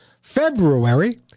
February